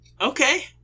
Okay